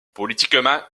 politiquement